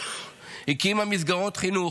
הקימה מסגרות חינוך,